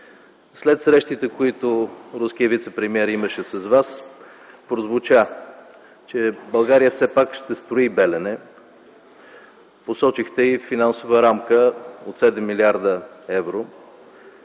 След срещите, които руският вицепремиер имаше с Вас, прозвуча, че България все пак ще строи „Белене”. Посочихте финансова рамка от 7 млрд. евро.